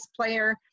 player